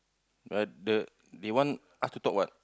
what the they want us to talk what